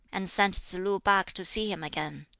and sent tsz-lu back to see him again.